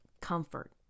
comfort